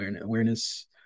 awareness